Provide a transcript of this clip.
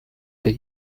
the